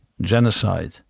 genocide